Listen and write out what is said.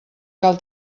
cal